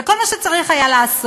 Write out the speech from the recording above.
וכל מה שצריך היה לעשות,